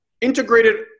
integrated